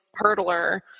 hurdler